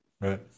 right